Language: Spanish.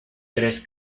tres